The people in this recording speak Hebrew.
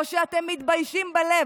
או שאתם מתביישים בלב.